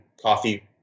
coffee